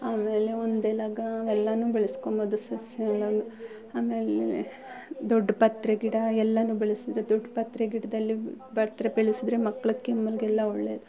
ಆಮೇಲೆ ಒಂದೆಲಗ ಎಲ್ಲಾ ಬೆಳೆಸ್ಕೊಂಬೋದು ಸಸ್ಯಗಳೆಲ್ಲ ಆಮೇಲೆ ದೊಡ್ಡಪತ್ರೆ ಗಿಡ ಎಲ್ಲಾ ಬೆಳೆಸಿದ್ರೆ ದೊಡ್ಡಪತ್ರೆ ಗಿಡದಲ್ಲಿ ಪತ್ರೆ ಬೆಳೆಸಿದ್ರೆ ಮಕ್ಳ ಕೆಮ್ಮಿಗೆಲ್ಲ ಒಳ್ಳೇದು